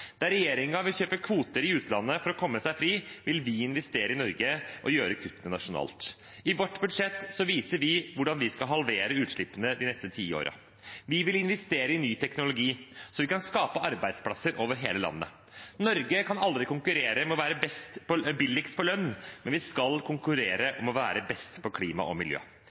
Der regjeringen vil kjøpe kvoter i utlandet for å komme seg fri, vil vi investere i Norge og gjøre kuttene nasjonalt. I vårt budsjett viser vi hvordan vi skal halvere utslippene de neste ti årene. Vi vil investere i ny teknologi, så vi kan skape arbeidsplasser over hele landet. Norge kan aldri konkurrere om å være billigst på lønn, men vi skal konkurrere om å være best på klima og miljø.